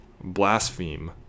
blaspheme